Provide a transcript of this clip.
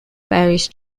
parish